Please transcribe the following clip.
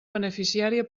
beneficiària